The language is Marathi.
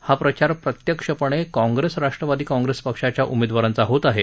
हा प्रचार प्रत्यक्षपणे काँग्रेस राष्ट्रवादी काँग्रेस पक्षाच्या उमेदवारांचा होत आहे